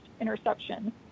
interception